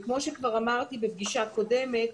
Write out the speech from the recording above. כמו שכבר אמרתי בפגישה הקודמת,